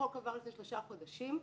החוק עבר לפני שלושה חודשים.